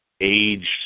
aged